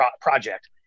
project